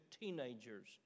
teenagers